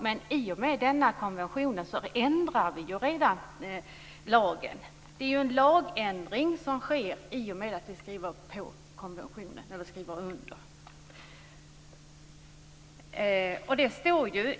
Men i och med denna konvention har vi ju redan ändrat lagen. I och med att vi skriver under konventionen sker en lagändring.